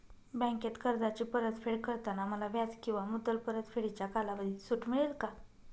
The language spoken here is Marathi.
बँकेत कर्जाची परतफेड करताना मला व्याज किंवा मुद्दल परतफेडीच्या कालावधीत सूट मिळेल का?